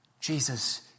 Jesus